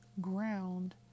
ground